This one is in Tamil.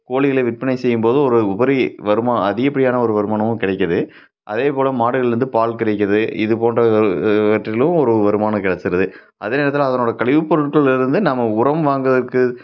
கோழிகளை விற்பனை செய்யும்போதும் ஒரு உபரி வருமானம் அதிகப்படியான ஒரு வருமானம் கிடைக்கிது அதேபோல் மாடுகளிலிருந்து பால் கிடைக்கிது இது போன்றவற்றிலும் ஒரு வருமானம் கிடச்சிருது அதே நேரத்தில் அதனோட கழிவு பொருட்களை இருந்து நாம் உரம் வாங்குவதற்கு